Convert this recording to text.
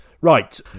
Right